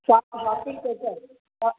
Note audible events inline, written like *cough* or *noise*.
श शास्त्री *unintelligible*